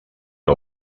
que